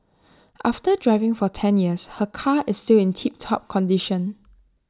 after driving for ten years her car is still in tiptop condition